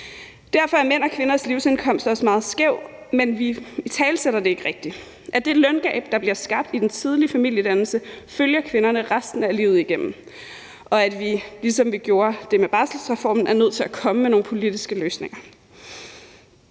Derfor er mænds og kvinders livsindkomst også meget skæv, men vi italesætter det ikke rigtigt, altså at det løngab, der bliver skabt i den tidlige familiedannelse, følger kvinderne resten af livet igennem, og at vi, ligesom vi gjorde det med barselsreformen, er nødt til at komme med nogle politiske løsninger.